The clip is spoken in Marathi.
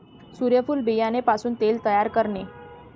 सूर्यफूल बियाणे पासून तेल तयार करणे